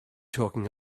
talking